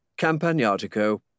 Campagnatico